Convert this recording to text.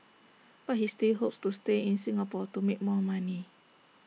but he still hopes to stay in Singapore to make more money